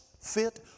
fit